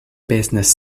business